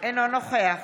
אינו נוכח